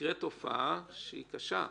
תקרה תופעה קשה.